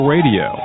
Radio